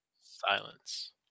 Silence